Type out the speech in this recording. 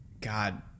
God